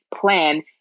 plan